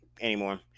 anymore